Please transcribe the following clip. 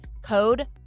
Code